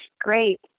great